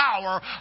power